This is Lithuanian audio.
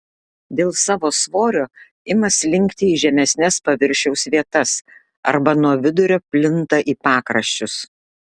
dėl savo svorio ima slinkti į žemesnes paviršiaus vietas arba nuo vidurio plinta į pakraščius